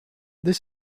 this